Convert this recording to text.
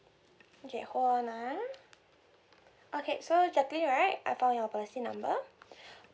okay hold on ah okay so jaclyn right I found your policy number